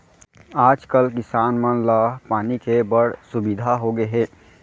आज कल किसान मन ला पानी के बड़ सुबिधा होगे हे